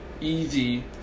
easy